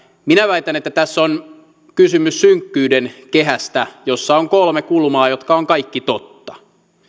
minä väitän että tässä on kysymys synkkyyden kehästä jossa on kolme kulmaa jotka ovat kaikki totta